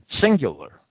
singular